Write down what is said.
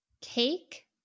cake